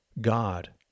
God